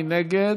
מי נגד?